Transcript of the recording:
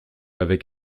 avec